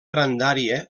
grandària